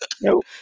Nope